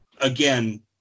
again